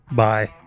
bye